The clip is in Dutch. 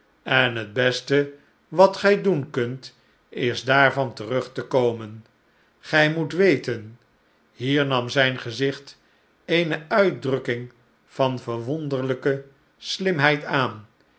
en het beste wat gij doen kunt is daarvan terug te komen gij moet weten hier nam zijn gezicht eene uitdrukking van verwonderlijke slimheid aan